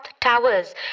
towers